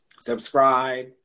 Subscribe